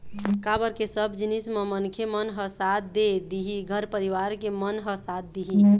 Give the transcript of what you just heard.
काबर के सब जिनिस म मनखे मन ह साथ दे दिही घर परिवार के मन ह साथ दिही